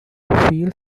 field